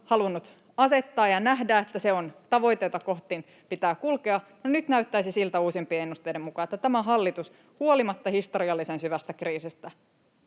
halunnut asettaa ja nähdä, että se on tavoite, jota kohti pitää kulkea — ja nyt näyttäisi uusimpien ennusteiden mukaan siltä, että tämä hallitus huolimatta historiallisen syvästä kriisistä